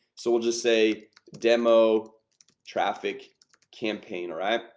so we'll just say demo traffic campaign right